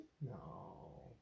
no